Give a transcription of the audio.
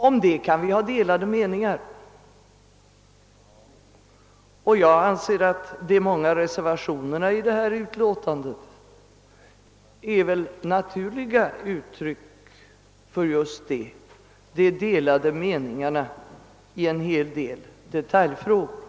Härom kan vi ha delade meningar, och enligt min mening är de många reservationerna naturliga uttryck för just olika uppfattningar i en hel del detaljfrågor.